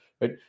right